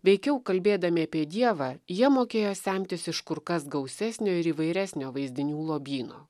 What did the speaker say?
veikiau kalbėdami apie dievą jie mokėjo semtis iš kur kas gausesnio ir įvairesnio vaizdinių lobyno